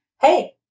hey